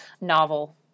novel